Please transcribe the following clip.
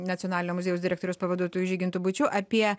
nacionalinio muziejaus direktoriaus pavaduotoju žygintu būčiu apie